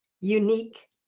unique